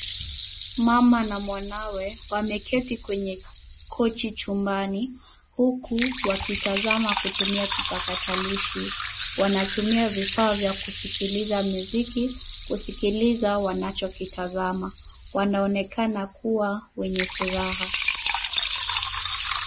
Mama na mwanawe wameketi kwenye kochi chumbani, huku wakitazama kutumia kipakatalishi. Wanatumia vifaa vya kusikiliza muziki kusikiliza wanachokitazama. Wanaonekana kuwa wenye furaha.